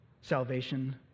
salvation